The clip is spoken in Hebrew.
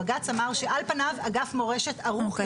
בג"ץ אמר למשרד החינוך: אתם צריכים לשבת עכשיו ולעשות עבודה יסודית